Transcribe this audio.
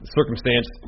circumstance